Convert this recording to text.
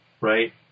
right